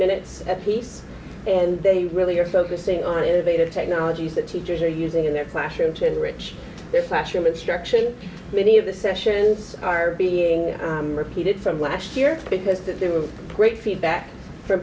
minutes apiece and they really are focusing on innervated technologies that teachers are using in their classroom to enrich their classroom instruction many of the sessions are being repeated from last year because there were great feedback f